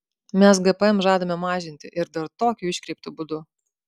mes gpm žadame mažinti ir dar tokiu iškreiptu būdu